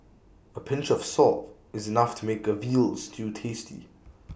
A pinch of salt is enough to make A Veal Stew tasty